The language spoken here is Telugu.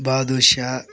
బాదుషా